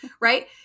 right